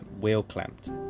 wheel-clamped